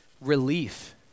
relief